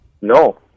No